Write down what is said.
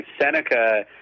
Seneca